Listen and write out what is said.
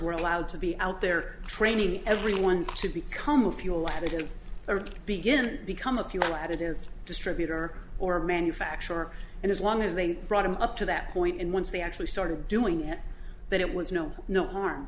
were allowed to be out there training everyone to become a fuel additive or begin to become a fuel additive distributor or manufacturer and as long as they brought him up to that point and once they actually started doing it then it was no no harm